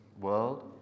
world